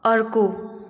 अर्को